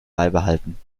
beibehalten